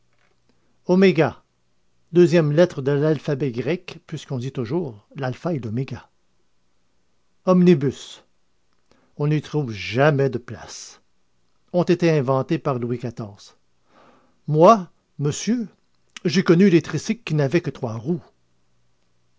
oméga deuxième lettre de l'alphabet grec puisqu'on dit toujours l'alpha et l'oméga omnibus on n'y trouve jamais de place ont été inventés par louis xiv moi monsieur j'ai connu les tricycles qui n'avaient que trois roues